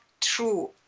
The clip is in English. true